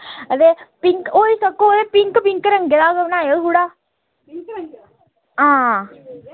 ते होई सकग पिंक पिंक रंग दा बनाई सकी ओड़ेओ थोह्ड़ा आं